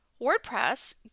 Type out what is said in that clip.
WordPress